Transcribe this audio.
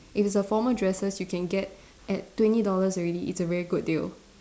if it's a formal dresses you can get at twenty dollars already is a very good deal